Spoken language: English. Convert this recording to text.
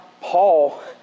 Paul